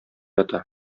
ята